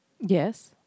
Yes